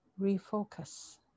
refocus